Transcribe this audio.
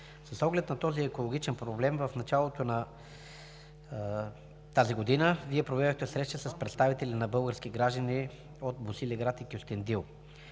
С оглед на този екологичен проблем в началото на тази година Вие проведохте среща с представители на български граждани от Босилеград и Кюстендил.